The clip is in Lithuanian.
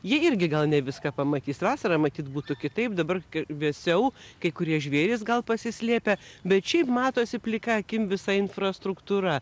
jie irgi gal ne viską pamatys vasarą matyt būtų kitaip dabar vėsiau kai kurie žvėrys gal pasislėpę bet šiaip matosi plika akim visa infrastruktūra